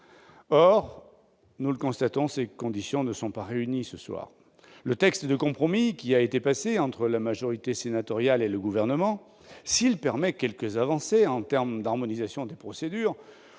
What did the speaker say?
Or, nous le constatons, les conditions requises ne sont pas réunies ce soir. Le texte issu du compromis passé entre la majorité sénatoriale et le Gouvernement, s'il permet quelques avancées en termes d'harmonisation des procédures